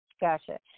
Gotcha